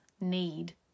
need